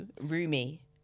roomy